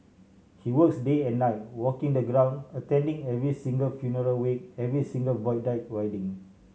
he works day and night walking the ground attending every single funeral wake every single Void Deck wedding